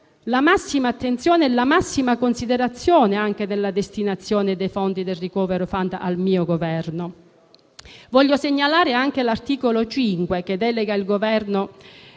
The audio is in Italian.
la massima attenzione e considerazione anche della destinazione dei fondi del *recovery fund*. Voglio segnalare anche l'articolo 5, che delega il Governo